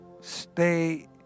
stay